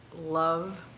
love